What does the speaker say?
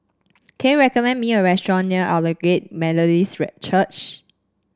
can you recommend me a restaurant near Aldersgate Methodist Church